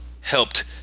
helped